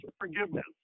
forgiveness